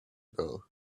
ago